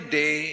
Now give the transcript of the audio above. day